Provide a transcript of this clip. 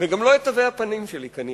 וגם לא את תווי הפנים שלי כנראה.